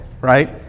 right